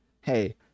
hey